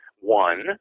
one